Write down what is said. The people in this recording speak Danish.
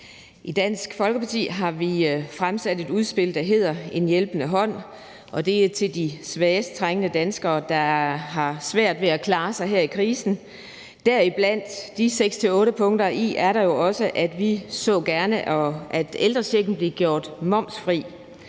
I Dansk Folkeparti har vi fremsat et udspil, der hedder en hjælpende hånd . Det er til de svageste, de mest trængende danskere, der har svært ved at klare sig her i krisen. Blandt de seks til otte punkter er der også det, at vi gerne så, at ældrechecken blev gjort momsfri.